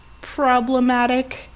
problematic